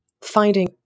finding